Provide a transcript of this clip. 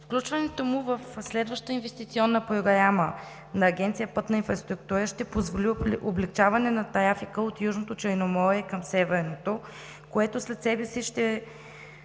Включването му в следваща инвестиционна програма на Агенция „Пътна инфраструктура“ ще позволи облекчаване на трафика от Южното Черноморие към Северното, което ще доведе